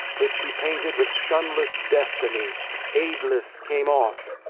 which he painted with shunless destiny aidless came off,